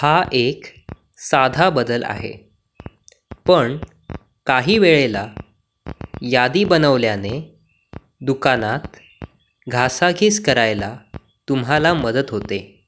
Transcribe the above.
हा एक साधा बदल आहे पण काही वेळेला यादी बनवल्याने दुकानात घासाघीस करायला तुम्हाला मदत होते